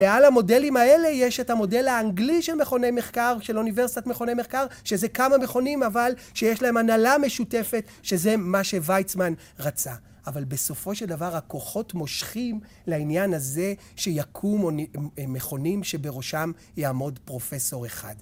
ועל המודלים האלה יש את המודל האנגלי של מכוני מחקר, של אוניברסיטת מכוני מחקר, שזה כמה מכונים, אבל שיש להם הנהלה משותפת, שזה מה שוויצמן רצה. אבל בסופו של דבר הכוחות מושכים לעניין הזה שיקומו מכונים שבראשם יעמוד פרופסור אחד.